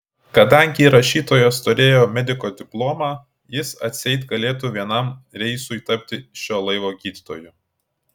kadangi rašytojas turėjo mediko diplomą jis atseit galėtų vienam reisui tapti šio laivo gydytoju